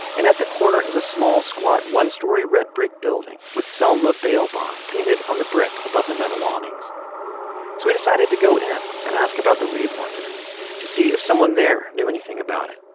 and at the corner is a small, squat one-story red brick building with selma bail bond painted on the brick above the metal awnings. so we decided to go in and ask about the reeb marker to see if someone there knew anything about it.